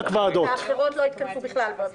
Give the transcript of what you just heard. האחרות לא יתכנסו בכלל?